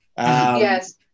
Yes